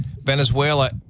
Venezuela